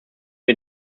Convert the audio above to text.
wir